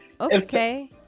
okay